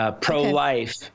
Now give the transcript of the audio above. pro-life